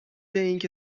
اینکه